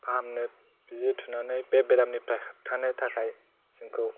फाहामनो बिजि थुनानै बे बेरामनिफ्राय होबथानो थाखाय जोंखौ